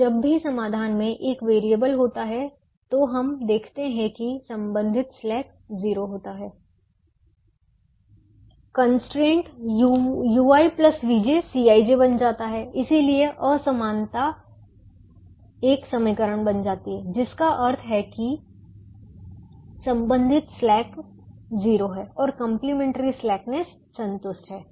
तो जब भी समाधान में एक वेरिएबल होता है तो हम देखते हैं कि संबंधित स्लैक 0 होता है कंस्ट्रेंट ui vj Cij बन जाता है इसलिए असमानता एक समीकरण बन जाती है जिसका अर्थ है कि संबंधित स्लैक 0 है और कंप्लीमेंट्री स्लैकनेस संतुष्ट है